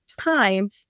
time